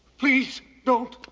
please, don't.